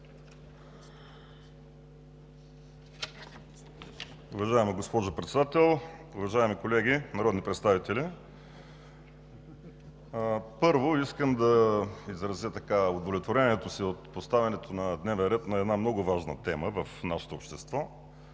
Уважаема госпожо Председател, уважаеми колеги народни представители! Първо, искам да изразя удовлетворението си от поставянето на дневен ред на една много важна тема в нашето общество